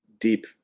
deep